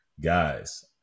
guys